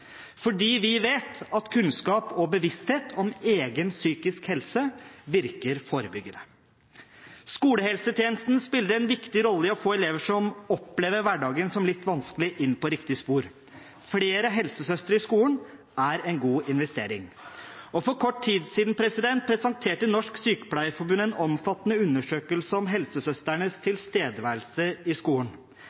fordi vi vet at kunnskap og bevissthet om egen psykisk helse virker forebyggende. Skolehelsetjenesten spiller en viktig rolle i å få elever som opplever hverdagen som litt vanskelig, inn på riktig spor. Flere helsesøstre i skolen er en god investering. For kort tid siden presenterte Norsk Sykepleierforbund en omfattende undersøkelse om helsesøstrenes tilstedeværelse i skolen.